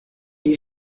die